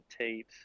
Tate